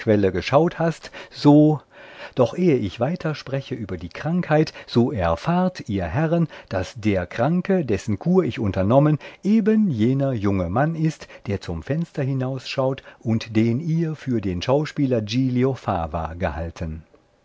geschaut hast so doch ehe ich weiter spreche über die krankheit so erfahrt ihr herren daß der kranke dessen kur ich unternommen eben jener junge mann ist der zum fenster hinausschaut und den ihr für den schauspieler giglio fava gehalten